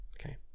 Okay